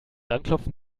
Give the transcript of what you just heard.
anklopfen